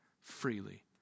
freely